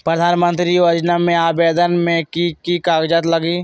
प्रधानमंत्री योजना में आवेदन मे की की कागज़ात लगी?